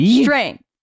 strength